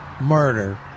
murder